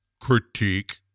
critique